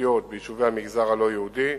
הבטיחותיות ביישובי המגזר הלא-יהודי.